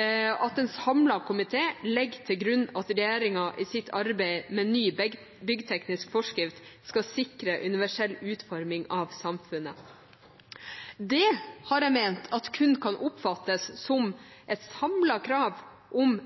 at en samlet komité legger til grunn at regjeringen i sitt arbeid med ny byggteknisk forskrift skal sikre universell utforming av samfunnet. Det har jeg ment kun kan oppfattes som et samlet krav om